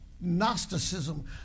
Gnosticism